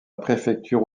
préfecture